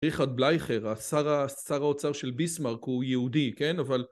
ריכרד בלייכר, השר האוצר של ביסמרק הוא יהודי, כן אבל